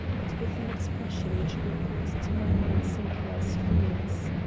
but with an expression which recalled to my mind sinclair's fears.